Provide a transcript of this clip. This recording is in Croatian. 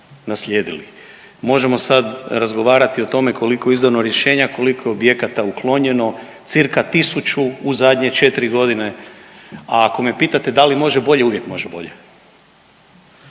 Možemo sad razgovarati o tome koliko je izdano rješenja, koliko je objekata uklonjeno, cca 1000 u zadnje četri godine, a ako me pitate da li može bolje, uvijek može bolje.